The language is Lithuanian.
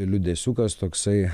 liūdesiukas toksai